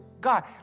God